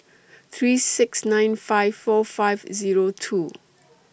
three six nine five four five Zero two